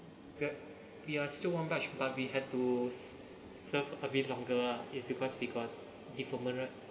right we are still one batch but we had to serve a bit longer lah it's because we got deferment right